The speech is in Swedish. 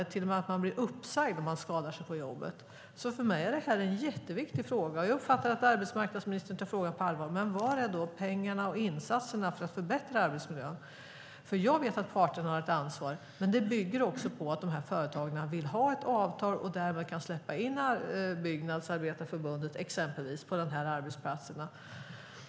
Människor blir till och med uppsagda om de skadar sig på jobbet. För mig är detta en jätteviktig fråga. Jag uppfattar att arbetsmarknadsministern tar frågan på allvar. Men var finns då pengarna och insatserna för att förbättra arbetsmiljön? Jag vet att parterna har ett ansvar. Men det bygger också på att dessa företag vill ha ett avtal och därmed kan släppa in exempelvis Byggnadsarbetareförbundet på arbetsplatserna.